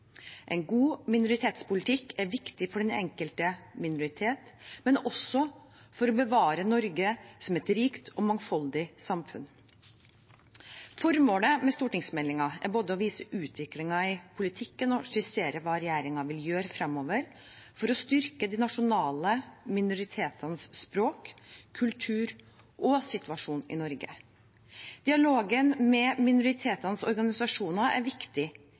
En god minoritetspolitikk er viktig for den enkelte minoritet, men også for å bevare Norge som et rikt og mangfoldig samfunn. Formålet med stortingsmeldingen er både å vise utviklingen i politikken og skissere hva regjeringen vil gjøre framover for å styrke de nasjonale minoritetenes språk, kultur og situasjon i Norge. Dialogen med minoritetenes organisasjoner er viktig